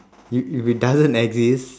if if it doesn't exist